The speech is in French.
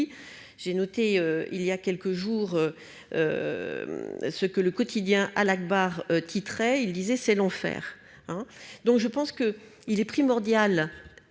j'ai noté, il y a quelques jours, ce que le quotidien Al-Akhbar titrait il disait : c'est l'enfer,